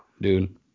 dude